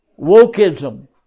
Wokeism